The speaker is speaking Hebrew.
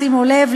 שימו לב,